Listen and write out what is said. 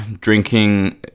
drinking